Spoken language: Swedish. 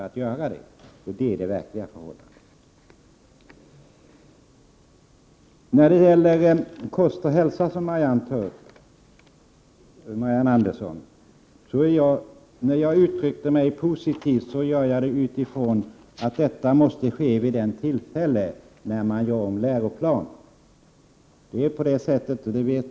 Det är det verkliga förhållandet. Marianne Andersson tog upp kost och hälsa. Jag uttrycker mig positivt med utgångspunkt i att ämnet måste tas upp på läroplanen när läroplanen görs om.